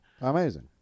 Amazing